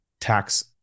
tax